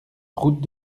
route